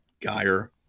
Geyer